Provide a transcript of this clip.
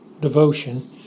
devotion